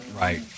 Right